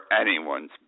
anyone's